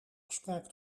afspraak